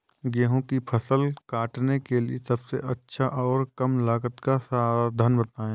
गेहूँ की फसल काटने के लिए सबसे अच्छा और कम लागत का साधन बताएं?